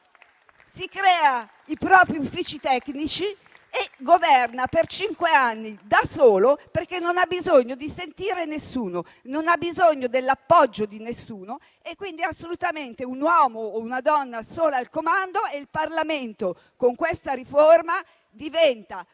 si crea i propri uffici tecnici e governa per cinque anni da solo, perché non ha bisogno di sentire nessuno e non ha bisogno dell'appoggio di nessuno, quindi è assolutamente un uomo o una donna solo al comando e il Parlamento, con questa riforma, diventa totalmente